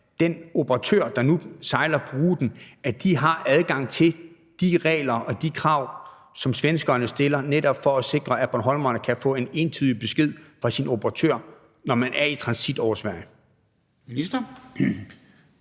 at den operatør, der nu sejler på ruten, har adgang til de regler og de krav, som svenskerne stiller, netop for at sikre, at bornholmerne kan få en entydig besked fra sin operatør, når man er i transit over Sverige?